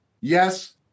Yes